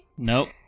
Nope